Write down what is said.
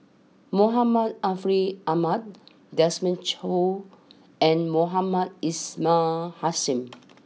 Muhammad Ariff Ahmad Desmond Choo and Mohamed Ismail Hussain